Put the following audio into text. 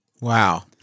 Wow